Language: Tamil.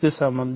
க்கு சமம்